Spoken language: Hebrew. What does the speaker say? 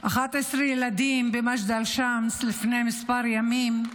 11 ילדים במג'דל א-שמס לפני כמה ימים.